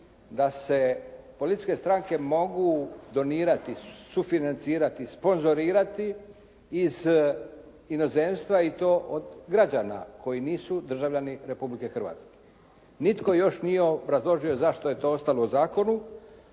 da se političke stranke mogu donirati, sufinancirati, sponzorirati iz inozemstva i to od građana koji nisu državljani Republike Hrvatske. Nitko još nije obrazložio zašto je to ostalo u zakonu,